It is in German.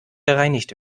gereinigt